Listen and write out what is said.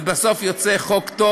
ובסוף יוצא חוק טוב.